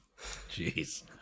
Jeez